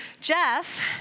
Jeff